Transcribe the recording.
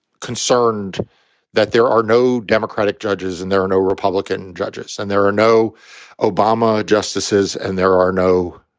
concerned that there are no democratic judges and there are no republican judges and there are no obama justices and there are no